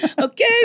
Okay